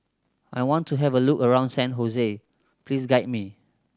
I want to have a look around San Jose please guide me